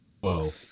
Whoa